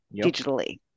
digitally